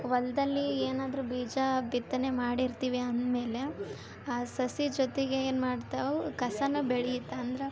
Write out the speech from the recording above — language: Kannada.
ಹೊಲದಲ್ಲಿ ಏನಾದರೂ ಬೀಜ ಬಿತ್ತನೆ ಮಾಡಿರ್ತೀವಿ ಅಂದ್ಮೇಲೆ ಆ ಸಸಿ ಜೊತೆಗೆ ಏನು ಮಾಡ್ತಾವೆ ಕಸನಾ ಬೆಳಿಯತ್ತ ಅಂದ್ರ